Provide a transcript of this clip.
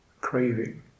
craving